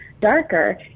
darker